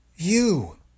You